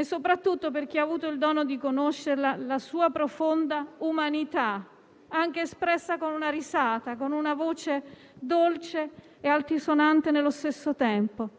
Soprattutto, per chi ha avuto il dono di conoscerla, ricordo la sua profonda umanità, anche espressa con una risata, con una voce dolce e altisonante allo stesso tempo.